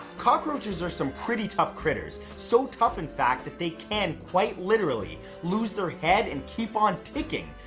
cockroaches are some pretty tough critters, so tough in fact that they can quite literally, lose their head and keep on ticking.